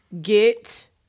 Get